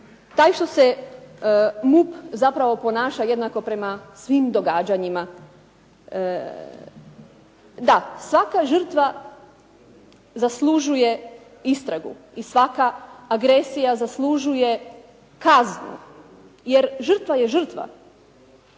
taj što se MUP zapravo ponaša jednako prema svim događanjima. Da. Svaka žrtva zaslužuje istragu i svaka agresija zaslužuje kaznu jer žrtva je žrtva,